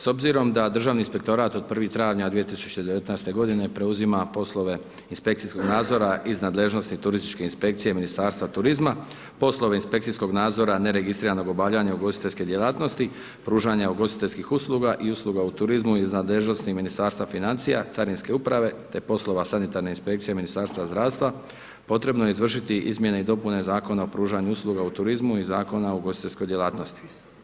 S obzirom da Državni inspektorat od 01. travnja 2019. godine preuzima poslove inspekcijskog nadzora iz nadležnosti turističke inspekcije Ministarstva turizma, poslove inspekcijskog nadzora neregistriranog obavljanja ugostiteljske djelatnosti, pružanja ugostiteljskih usluga i usluga u turizmu iz nadležnosti Ministarstva financija, Carinske uprave te poslova Sanitarne inspekcije Ministarstva zdravstva, potrebno je izvršiti izmjene i dopune Zakona o pružanju usluga u turizmu i Zakona o ugostiteljskoj djelatnosti.